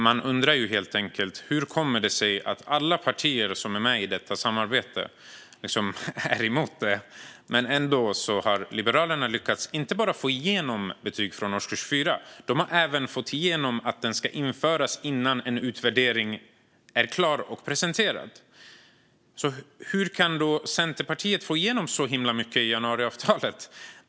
Jag undrar helt enkelt hur det kommer sig att alla partier som är med i detta samarbete är emot detta men att Liberalerna ändå har lyckats inte bara få igenom betyg från årskurs 4 utan även få igenom att det ska införas innan en utvärdering är klar och presenterad. Hur kan då Centerpartiet få igenom så himla mycket i januariavtalet?